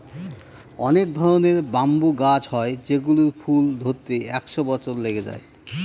অনেক ধরনের ব্যাম্বু গাছ হয় যেগুলোর ফুল ধরতে একশো বছর লেগে যায়